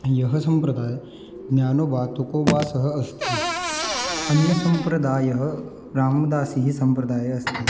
यः सम्प्रदाय् ज्ञानवातुकोवा सः अस्ति अन्यसम्प्रदायः रामदासियसम्प्रदायः अस्ति